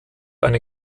eine